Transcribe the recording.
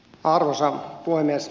arvoisa puhemies